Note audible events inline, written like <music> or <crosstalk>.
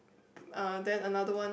<noise> uh then another one